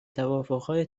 توافقهای